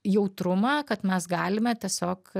jautrumą kad mes galime tiesiog